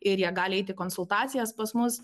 ir jie gali eiti konsultacijas pas mus